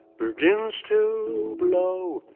begins to blow,